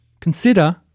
consider